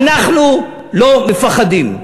אנחנו לא מפחדים.